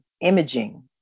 imaging